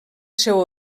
seu